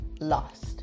lost